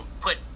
put